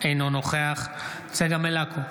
אינו נוכח צגה מלקו,